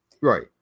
Right